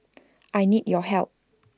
I need your help